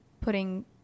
putting